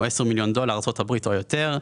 הוא 10 מיליון דולר ארה"ב או יותר.